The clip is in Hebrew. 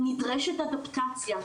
נדרשת אדפטציה,